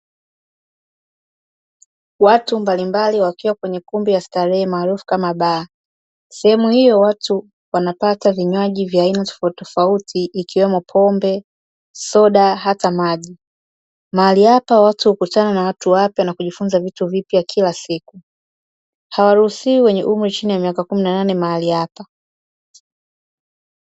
Watu mbalimbali wakiwa kwenye ukumbi wa starehe maarufu kama baa. Sehemu hiyo watu wanapata vinywaji vya aina tofautitofauti ikiwemo pombe, soda, hata maji. Mahali hapa watu hukutana na watu wapya, na kujifunza vitu vipya kila siku. Hawaruhusiwi wenye umri chini ya miaka kumi na nane mahali hapa.